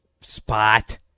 spot